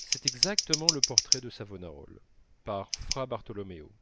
c'est exactement le portrait de savonarole par fra bartolomeo